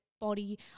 body